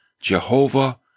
Jehovah